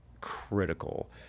critical